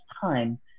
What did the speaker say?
time